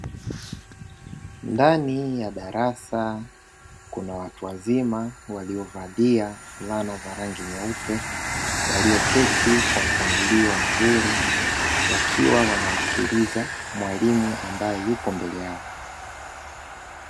Ndani ya darasa kuna watu wazima waliovalia fulana za rangi nyeupe walioketi kwa mpangilio mzuri, wakiwa wanamsikiliza mwalimu ambaye yupo mbele yao.